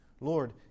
Lord